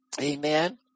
Amen